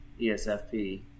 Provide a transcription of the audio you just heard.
ESFP